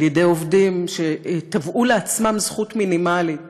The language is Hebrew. על-ידי עובדים שתבעו לעצמם זכות מינימלית